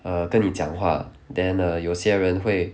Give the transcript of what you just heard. err 跟你讲话 then err 有些人会